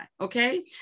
okay